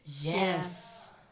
Yes